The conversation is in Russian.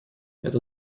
эта